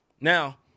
now